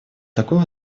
такое